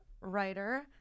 writer